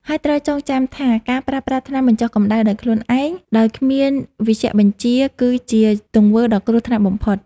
ហើយត្រូវចងចាំថាការប្រើប្រាស់ថ្នាំបញ្ចុះកម្ដៅដោយខ្លួនឯងដោយគ្មានវេជ្ជបញ្ជា គឺជាទង្វើដ៏គ្រោះថ្នាក់បំផុត។